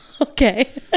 Okay